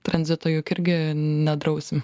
tranzito juk irgi nedrausim